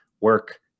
work